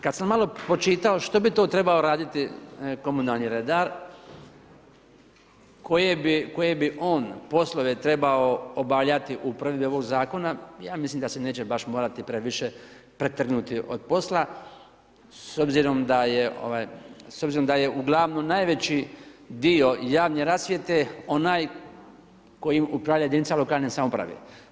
Kada sam malo pročitao što bi to trebao raditi komunalni redar, koje bi on poslove trebao obavljati u provedbi ovoga zakona, ja mislim da se neće baš morati previše pretrgnuti od posla s obzirom da je uglavnom najveći dio javne rasvjete onaj kojim upravlja jedinica lokalne samouprave.